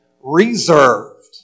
reserved